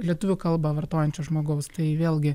lietuvių kalbą vartojančio žmogaus tai vėlgi